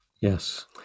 Yes